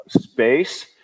space